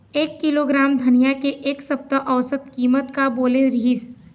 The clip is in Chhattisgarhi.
एक किलोग्राम धनिया के एक सप्ता औसत कीमत का बोले रीहिस?